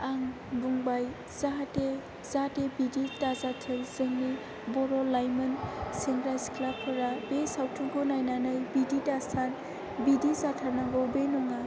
आं बुंबाय जाहाथे बिदि दाजाथों जोंनि बर' लाइमोन सेंग्रा सिख्लाफोरा बे सावथुनखौ नायनानै बिदि दासान बिदि जाथारनांगौ बे नङा